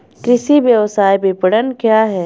कृषि व्यवसाय विपणन क्या है?